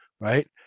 right